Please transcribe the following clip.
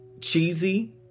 cheesy